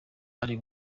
ari